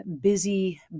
busy